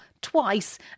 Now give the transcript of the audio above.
twice